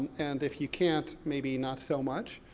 and if you can't, maybe not so much.